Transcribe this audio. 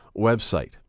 website